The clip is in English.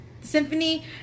Symphony